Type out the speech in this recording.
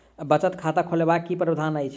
बचत खाता खोलेबाक की प्रावधान अछि?